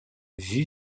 vue